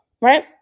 right